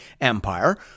empire